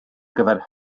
gyfer